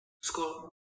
school